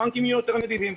הבנקים יהיו יותר נדיבים.